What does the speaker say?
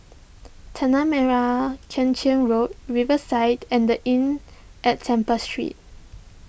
Tanah Merah Kechil Road Riverside and the Inn at Temple Street